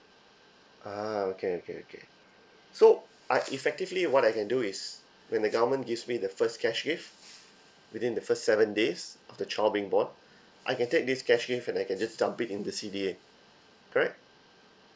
ah okay okay okay so uh effectively what I can do is when the government gives me the first cash gift within the first seven days of the child being born I can take this cash gift and I can just dump it in the C_D_A correct